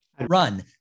Run